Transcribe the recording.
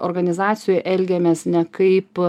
organizacijoj elgiamės ne kaip